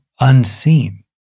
unseen